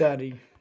ଚାରି